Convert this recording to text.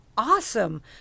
Awesome